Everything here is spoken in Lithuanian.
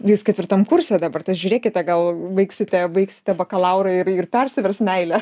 jūs ketvirtam kurse dabar tas žiūrėkite gal baigsite baigsite bakalaurą ir ir persivers meilė